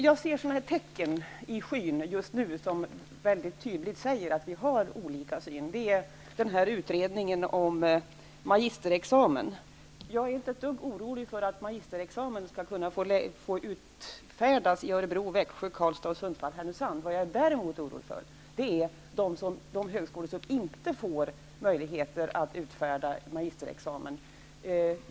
Jag ser just nu tecken i skyn som väldigt tydligt säger att vi har olika syn på dem. Jag tänker på utredningen om magisterexamen. Jag är inte ett dugg orolig över att magisterexamen skall kunna få utfärdas i Örebro, Växjö, Karlstad, Sundsvall och Härnösand. Vad jag däremot är orolig över är de högskolor som inte får möjlighet att utfärda magisterexamen.